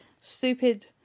stupid